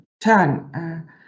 turn